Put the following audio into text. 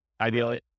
Ideally